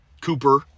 Cooper